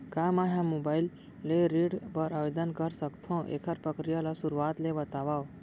का मैं ह मोबाइल ले ऋण बर आवेदन कर सकथो, एखर प्रक्रिया ला शुरुआत ले बतावव?